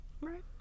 Right